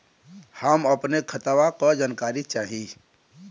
हम अपने खतवा क जानकारी चाही?